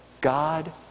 God